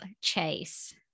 Chase